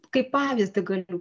kaip pavyzdį galiu